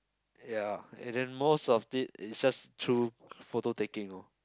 ya and then most of it is just through photo taking lor